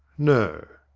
no.